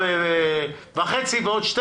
4.5 ועוד 12,